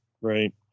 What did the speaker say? right